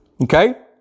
Okay